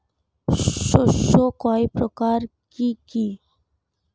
শস্য কয় প্রকার কি কি?